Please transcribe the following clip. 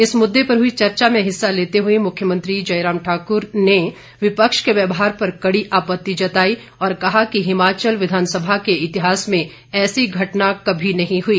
इस मुद्दे पर हुई चर्चा में हिस्सा लेते हुए मुख्यमंत्री जयराम ठाकुर ने विपक्ष के व्यवहार पर कड़ी आपत्ति जताई और कहा कि हिमाचल विधानसभा के इतिहास में ऐसी घटना कभी नहीं हई